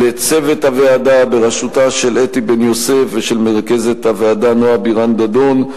לצוות הוועדה בראשותה של אתי בן-יוסף ושל מרכזת הוועדה נועה בירן-דדון,